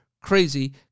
Crazy